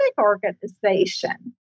organization